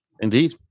Indeed